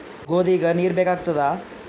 ಗೋಧಿಗ ನೀರ್ ಬೇಕಾಗತದ?